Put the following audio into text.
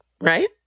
right